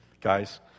Guys